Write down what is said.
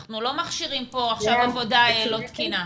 אנחנו לא מכשירים כאן עכשיו עבודה לא תקינה.